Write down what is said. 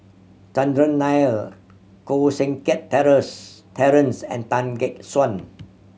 Chandran Nair Koh Seng Kiat Terence and Tan Gek Suan